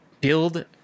Build